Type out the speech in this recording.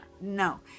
no